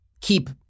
keep